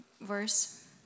verse